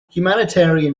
humanitarian